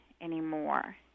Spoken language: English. anymore